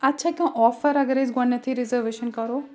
اَتھ چھےٚ کانٛہہ آفَر اگر أسۍ گۄڈنٮ۪تھٕے رِزٔرویشَن کَرو